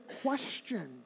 question